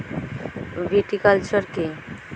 Viticulture কী?